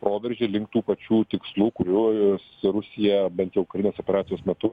proveržį link tų pačių tikslų kurių ir rusija bent jau ukrainos operacijos metu